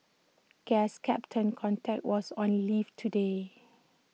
guess captain context was on leave today